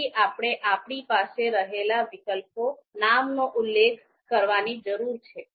તેથી આપણે આપણી પાસે રહેલા વિકલ્પોના નામનો ઉલ્લેખ કરવાની જરૂર છે